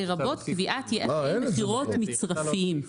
לרבות קביעת יעדי מכירות מצרפיים.